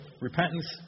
repentance